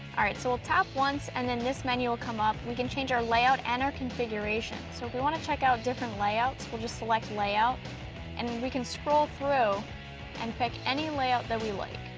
all right. so we'll tap once and this menu will come up. we can change our layout and our configuration. so if we wanna check out different layouts we'll just select layout and we can scroll through and pick any layout that we like.